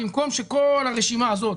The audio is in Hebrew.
במקום שכל הרשימה הזאת,